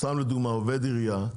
סתם לדוגמה, עובד עירייה,